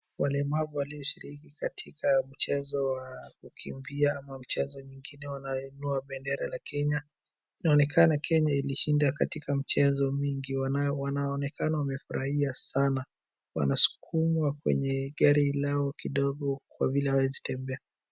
Walemavu walioshiriki katika mchezo wa kukimbia ama mchezo nyingine wanayoinua bendera la Kenya. Inaonekana Kenya ilishinda katika mchezo mingi wanaonekana wamefurahia sana, wanasukumwa kwenye gari lao kidogo kwa vile hawaezi tembea.